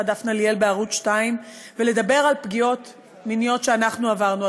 דפנה ליאל בערוץ 2 ולדבר על פגיעות מיניות שאנחנו עברנו,